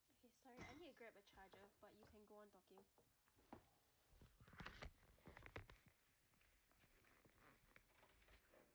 K sorry I need to grab a charger but you can go on talking